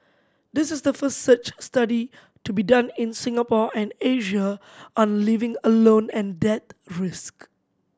this is the first such study to be done in Singapore and Asia on living alone and death risk